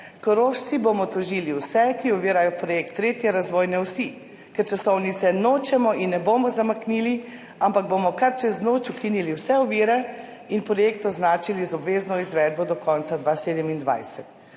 »Korošci bomo tožili vse, ki ovirajo projekt tretje razvojne osi, ker časovnice nočemo in ne bomo zamaknili, ampak bomo kar čez noč ukinili vse ovire in projekt označili z obvezno izvedbo do konca 2027.«